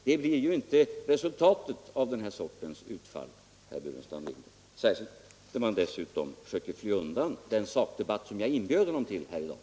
Det blir ju inte resultatet av den här sortens utfall, herr Burenstam Linder, särskilt som ni dessutom söker : fly undan en sakdebatt som jag inbjöd till här i dag.